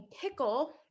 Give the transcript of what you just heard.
pickle